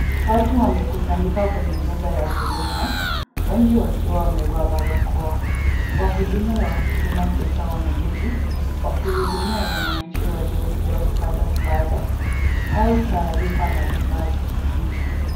Watu wamekusanyika kwenye meza ya huduma. Wengi wakiwa wamevaa barakoa. Wahudumu wa Huduma Center wameketi wakihudumia wananchi waliokuja kupata msaada au taarifa mbalimbali.